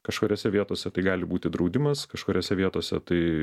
kažkuriose vietose tai gali būti draudimas kažkuriose vietose tai